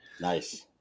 Nice